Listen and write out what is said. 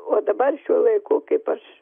o dabar šiuo laiku kaip aš